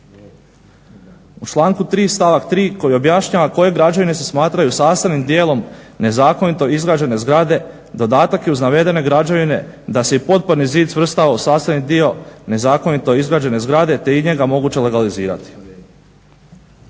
U članku 3. stavak 3. koji objašnjava koje građevine se smatraju sastavnim dijelom nezakonito izgrađene zgrade, dodatak je uz navedene građevine da se i potporni zid svrstao u sastavni dio nezakoniti izgrađene zgrade, te je i njega moguće legalizirati.